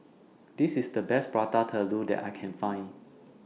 This IS The Best Prata Telur that I Can Find